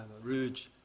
Rouge